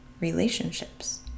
relationships